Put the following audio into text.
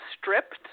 stripped